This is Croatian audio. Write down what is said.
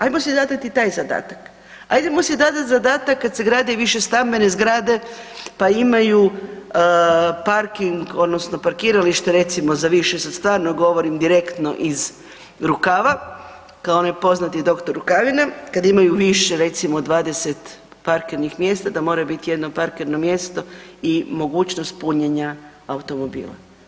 Ajmo si zadati taj zadatak, ajdemo si zadati zadatak kad se grade višestambene zgrade pa imaju parking odnosno parkiralište recimo za više, sad stvarno govorim direktno iz rukava kao onaj poznati doktor Rukavina, kad imaju više recimo od 20 parkirnih mjesta da mora biti jedno parkirno mjesto i mogućnost punjenja automobila.